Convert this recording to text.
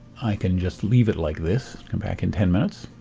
i can just leave it like this, come back in ten minutes,